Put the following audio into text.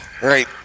Right